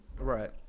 Right